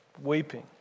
weeping